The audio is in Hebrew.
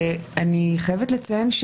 אני חייבת לציין,